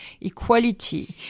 equality